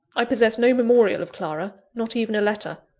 i possess no memorial of clara, not even a letter.